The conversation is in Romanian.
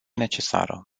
necesară